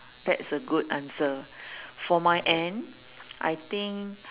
that's a good answer for my end I think